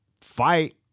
fight